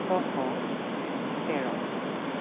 ছশ তেৰ